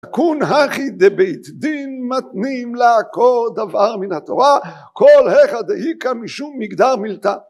קון הכי דבית דין מתנים לעקור דבר מן התורה כל היכא דעיקא משום מגדר מלטא